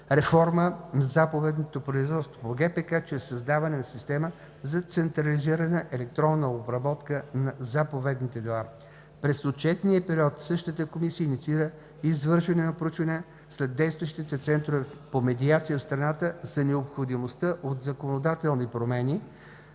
„Реформа на заповедното производство по ГПК чрез създаване на система за централизирана електронна обработка на заповедните дела“. През отчетния период същата комисия инициира извършване на проучване сред действащите центрове по медиация в страната за необходимостта от законодателни промени